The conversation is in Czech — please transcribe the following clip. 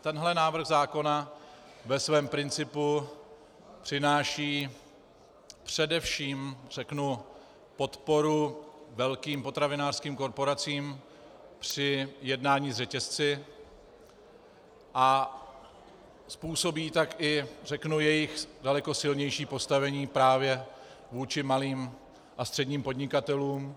Tenhle návrh zákona ve svém principu přináší především podporu velkým potravinářským korporacím při jednání s řetězci a způsobí tak i jejich daleko silnější postavení právě vůči malým a středním podnikatelům.